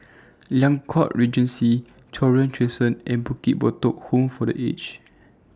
Liang Court Regency Cochrane Crescent and Bukit Batok Home For The Aged